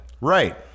Right